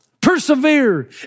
persevere